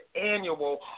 annual